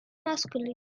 masculine